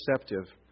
perceptive